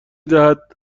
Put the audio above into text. دهد